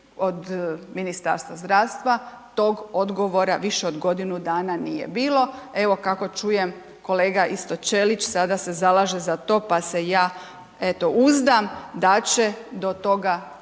od Ministarstva zdravstva tog odgovora više od godinu dana nije bilo. Evo kako čujem, kolega isto Ćelić sada se zalaže za to, pa se ja eto uzdam da će do toga